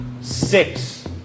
six